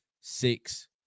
six